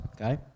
okay